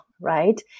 right